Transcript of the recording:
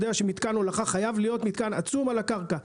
יודע שמתקן הולכה חייב להיות מתקן עצום על הקרקע.